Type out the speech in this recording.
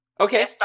Okay